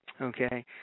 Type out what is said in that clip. Okay